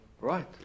Right